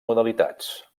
modalitats